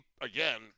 again